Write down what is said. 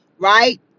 Right